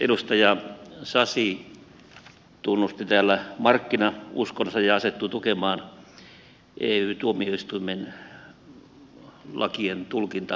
edustaja sasi tunnusti täällä markkinauskonsa ja asettui tukemaan ey tuomioistuimen lakientulkintamonopolia